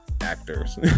actors